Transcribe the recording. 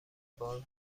بار